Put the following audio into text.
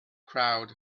crowd